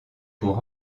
pour